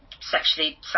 sexually